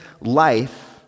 life